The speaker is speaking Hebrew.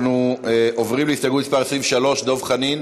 אנחנו עוברים להסתייגות מס' 23. דב חנין?